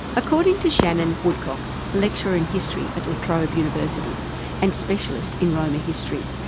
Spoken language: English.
according to shannon woodcock, lecturer in history at latrobe university and specialist in romani history,